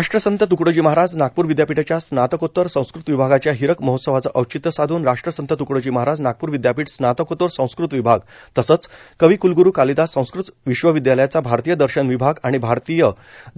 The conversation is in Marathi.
राष्ट्रसंत तुकडोजी महाराज नागपूर विदयापीठाच्या स्नातकोत्तर संस्कृत विभागाच्या हीरक महोत्सवाचं औचित्य साधून राष्ट्रसंत त्कडोजी महाराज नागपूर विद्यापीठ स्नातकोत्तर संस्कृत विभाग तसंच कविकुलगुरू कालिदास संस्कृत विश्वविद्यालयाचा भारतीय दर्शन विभाग आणि भारतीय